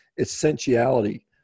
essentiality